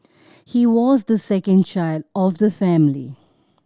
he was the second child of the family